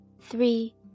three